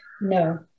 No